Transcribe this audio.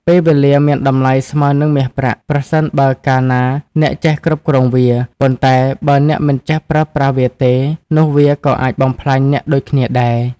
ពេលវេលាមានតំលៃស្មើនិងមាសប្រាក់ ប្រសិនបើការណាអ្នកចេះគ្រវ់គ្រងវា ប៉ុន្តែបើអ្នកមិនចេះប្រើប្រាស់វាទេនោះវាក៏អាចបំផ្លាញអ្នកដូចគ្នាដែរ។